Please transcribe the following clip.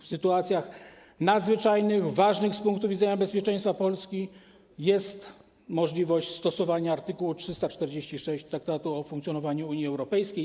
W sytuacjach nadzwyczajnych, ważnych z punktu widzenia bezpieczeństwa Polski jest możliwość stosowania art. 346 Traktatu o funkcjonowaniu Unii Europejskiej.